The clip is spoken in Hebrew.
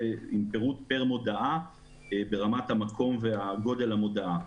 עם פירוט פר מודעה ברמת המקום וגודל המודעה.